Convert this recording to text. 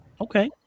okay